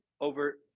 over